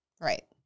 Right